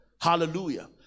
Hallelujah